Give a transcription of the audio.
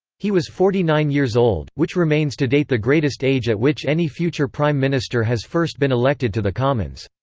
he was forty nine years old, which remains to date the greatest age at which any future prime minister has first been elected to the commons.